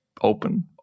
open